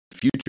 future